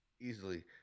easily